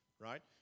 right